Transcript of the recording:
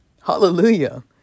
Hallelujah